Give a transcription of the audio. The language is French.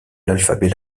l’alphabet